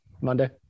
Monday